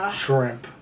shrimp